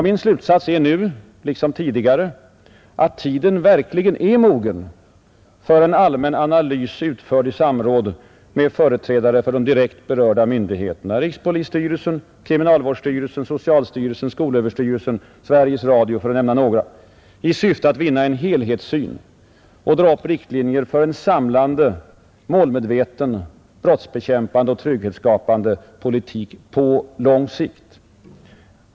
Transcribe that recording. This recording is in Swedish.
Min slutsats är nu liksom tidigare att tiden verkligen är mogen för en allmän analys, utförd i samråd med företrädare för de direkt berörda myndigheterna — rikspolisstyrelsen, kriminalvårdsstyrelsen, socialstyrelsen, skolöverstyrelsen, Sveriges Radio för att nämna några — i syfte att vinna en helhetssyn och dra upp riktlinjer för en samlande, målmedveten, brottsbekämpande och trygghetsskapande politik på lång sikt.